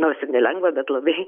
nors ir nelengvą bet labai